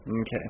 Okay